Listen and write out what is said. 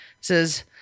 says